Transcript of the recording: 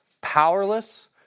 powerless